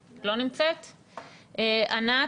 ענת,